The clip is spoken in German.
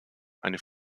eine